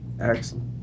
Excellent